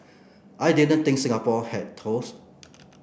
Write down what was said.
I didn't think Singapore had touts